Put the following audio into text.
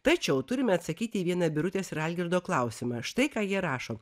tačiau turime atsakyti į vieną birutės ir algirdo klausimą štai ką jie rašo